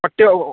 ಹೊಟ್ಟೆ ಅವೋ